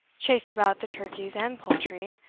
chased about the turkeys and poultry,